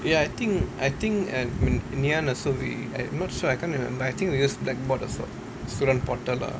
ya I think I think in in ngee ann also we I'm not sure I can't remember I think we use blackboard also student portal lah